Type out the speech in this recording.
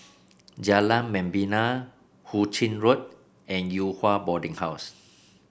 Jalan Membina Hu Ching Road and Yew Hua Boarding House